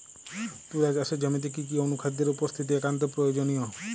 তুলা চাষের জমিতে কি কি অনুখাদ্যের উপস্থিতি একান্ত প্রয়োজনীয়?